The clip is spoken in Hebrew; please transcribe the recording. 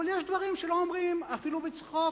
אבל יש דברים שלא אומרים אפילו בצחוק,